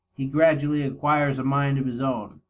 he gradually acquires a mind of his own.